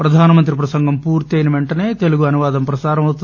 ప్రధాన మంత్రి ప్రసంగం ముగిసిన పెంటనే తెలుగు అనువాదం ప్రసారమవుతుంది